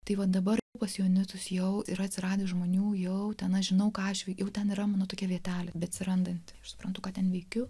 tai vat dabar pas joanitus jau yra atsiradę žmonių jau ten aš žinau ką aš veikiau ten yra mano tokia vietelė beatsirandanti suprantu ką ten veikiu